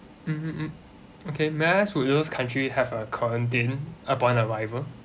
mmhmm mm okay may I ask would those countries have a quarantine upon arrival